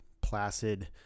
placid